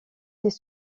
des